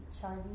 Charlie